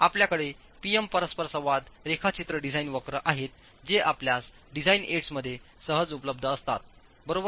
आपल्याकडे P M परस्परसंवाद रेखाचित्र डिझाईन वक्र आहेत जे आपल्यास डिझाइन एड्समध्ये सहज उपलब्ध असतात बरोबर आहे